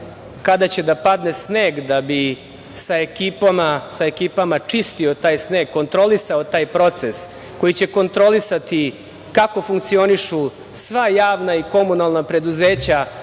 kada će da padne sneg da bi sa ekipama čistio taj sneg, kontrolisao taj proces, koji će kontrolisati kako funkcionišu sva javna i komunalna preduzeća